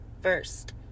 first